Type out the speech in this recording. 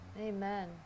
amen